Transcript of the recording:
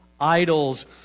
idols